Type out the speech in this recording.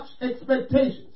expectations